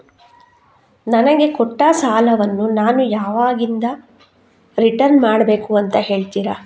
ನನಗೆ ಕೊಟ್ಟ ಸಾಲವನ್ನು ನಾನು ಯಾವಾಗದಿಂದ ರಿಟರ್ನ್ ಮಾಡಬೇಕು ಅಂತ ಹೇಳ್ತೀರಾ?